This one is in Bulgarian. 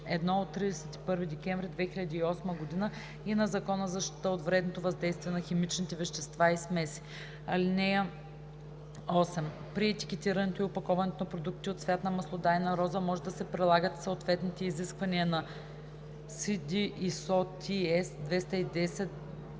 353/1 от 31 декември 2008 г.) и на Закона за защита от вредното въздействие на химичните вещества и смеси. (8) При етикетирането и опаковането на продуктите от цвят на маслодайна роза може да се прилагат и съответните изисквания на: 1.